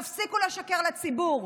תפסיקו לשקר לציבור,